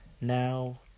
now